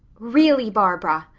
really, barbara,